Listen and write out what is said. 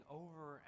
over